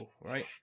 right